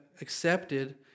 accepted